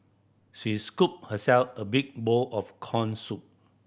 she scooped herself a big bowl of corn soup